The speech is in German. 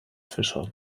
fischer